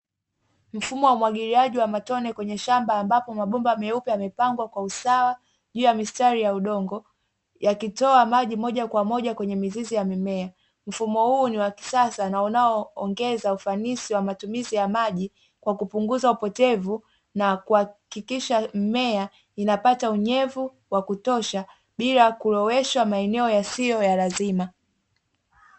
Mfumo wa umwagiliaji wa matone kwenye shamba, ambapo mabomba meupe yamepangwa kwa usawa juu ya mistari ya udongo, yakitoa maji moja kwa moja kwenye mizizi ya mimea. Mfumo huu ni wa kisasa na unao ongeza ufanisi wa matumizi ya maji, kwa kupunguza upotevu na kuhakikisha mimea inapata unyevu wa kutosha bila kuloweshwa maeneo yasiyo ya lazima.